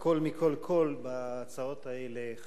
בכול מכול כול בהצעות האלה.